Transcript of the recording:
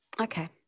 Okay